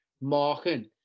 marking